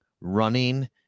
running